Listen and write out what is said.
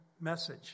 message